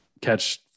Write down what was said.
catch